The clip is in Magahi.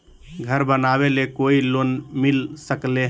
घर बनावे ले कोई लोनमिल सकले है?